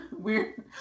weird